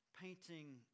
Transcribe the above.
painting